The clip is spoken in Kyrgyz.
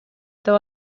деп